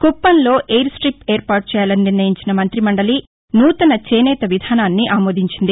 కుప్పంలో ఎయిర్స్టిప్ ఏర్పాటు చేయాలని నిర్ణయించిన మంత్రి మండలి నూతన చేనేత విధానాన్ని ఆమోదించింది